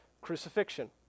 crucifixion